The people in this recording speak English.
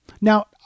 Now